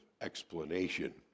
explanation